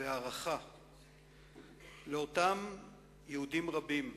והערכה לאותם יהודים רבים,